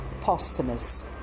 Posthumous